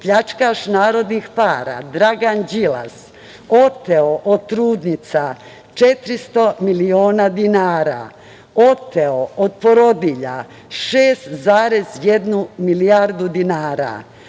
pljačkaš narodnih para Dragan Đilas oteo od trudnica 400 miliona dinara, oteo od porodilja 6,1 milijardu dinara,